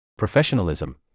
professionalism